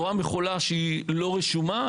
רואה מכולה שהיא לא רשומה,